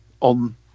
on